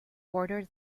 border